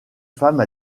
femme